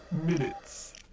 minutes